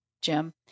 Jim